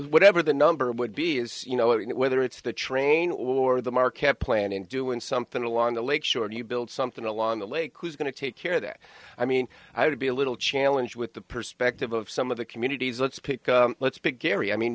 whatever the number would be is you know whether it's the train or the marquette plan and doing something along the lake shore to build something along the lake who's going to take care of that i mean i would be a little challenge with the perspective of some of the communities let's pick let's big area i mean